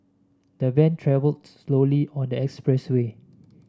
the van travelled slowly on the expressway